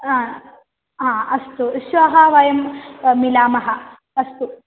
हा हा अस्तु श्वः वयं मिलामः अस्तु